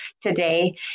today